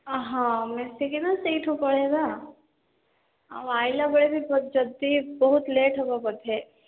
ହଁ ହଁ ମିଶିକିନା ସେଇଠୁ ପଳାଇବା ଆଉ ଆସିଲା ବେଳେ ବି ଯଦି ବହୁତ ଲେଟ୍ ହେବ ବୋଧେ